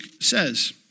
says